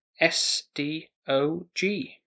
S-D-O-G